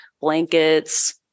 blankets